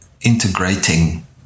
integrating